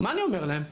מה אני אומר להם?